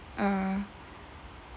uh